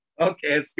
Okay